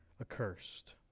accursed